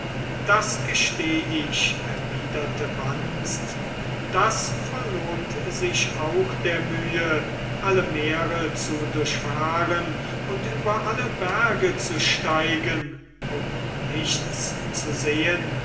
das gesteh ich erwiderte wanst das verlohnt sich auch der mühe alle meere zu durchfahren und über alle berge zu steigen um nichts zu sehen